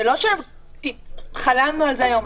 זה לא שחלמנו על זה היום.